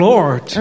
Lord